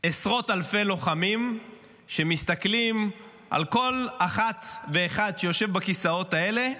עשרות אלפי לוחמים שמסתכלים על כל אחת ואחד שיושב בכיסאות האלה,